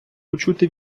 почути